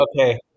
okay